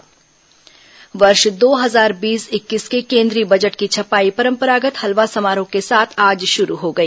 budget तैयारी वर्ष दो हजार बीस इक्कीस के केन्द्रीय बजट की छपाई परम्परागत हलवा समारोह के साथ आज शुरू हो गई